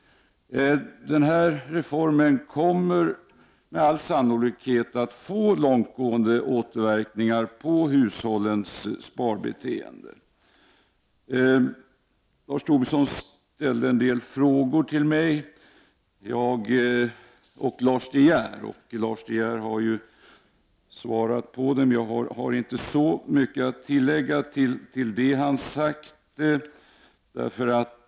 Reformen kommer med all sannolikhet att få långtgående återverkningar på hushållens sparbeteende. Lars Tobisson ställde en del frågor till mig och Lars De Geer. Lars De Geer har svarat på dem. Jag har inte så mycket att tillägga till det han har sagt.